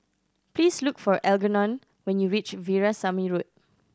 please look for Algernon when you reach Veerasamy Road